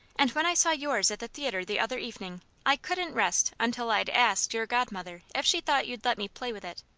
and when i saw yours at the theatre the other evening, i couldn't rest until i'd asked your godmother if she thought you'd let me play with it.